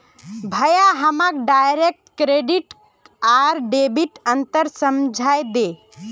भाया हमाक direct credit आर डेबिटत अंतर समझइ दे